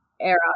era